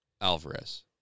Alvarez